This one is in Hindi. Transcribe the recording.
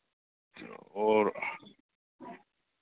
और